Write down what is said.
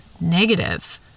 negative